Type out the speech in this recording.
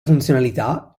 funzionalità